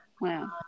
Wow